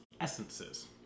essences